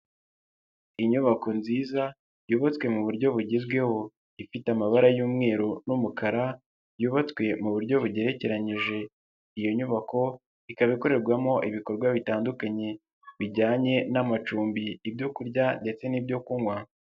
Inyubako nziza yubatswe mu buryo bugezweho, ifite amabara y'umweru n'umukara, yubatswe mu buryo bugerekeranije, iyo nyubako ikaba ikorerwamo ibikorwa bitandukanye bijyanye n'amacumbi, ibyo kurya ndetse n'ibyo kunywa.